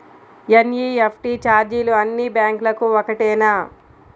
NEFT ఛార్జీలు అన్నీ బ్యాంక్లకూ ఒకటేనా?